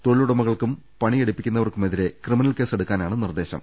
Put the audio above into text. തൊഴിലുടമ കൾക്കും പണിയെടുപ്പിക്കുന്നവർക്കുമെതിരെ ക്രിമിനൽ കേസെടു ക്കാനാണ് നിർദേശം